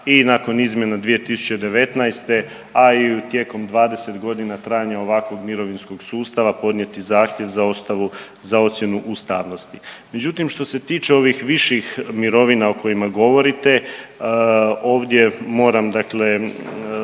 i nakon izmjena 2019., a i tijekom 20 godina trajanja ovakvog mirovinskog sustava podnijeti zahtjev za ostavu, za ocjenu ustavnosti. Međutim, što se tiče ovih viših mirovina o kojima govorite, ovdje moram dakle